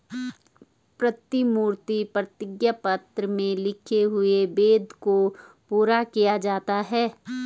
प्रतिभूति प्रतिज्ञा पत्र में लिखे हुए वादे को पूरा किया जाता है